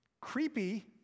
Creepy